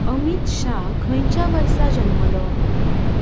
अमित शाह खंयच्या वर्सा जल्मलो